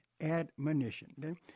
admonition